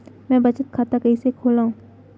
मै बचत खाता कईसे खोलव?